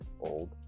old